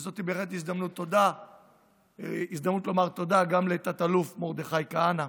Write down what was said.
וזאת בהחלט הזדמנות לומר תודה גם לתא"ל (במיל') מרדכי כהנא,